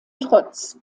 trotz